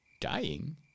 dying